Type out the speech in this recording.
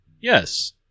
Yes